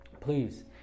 please